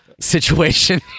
situation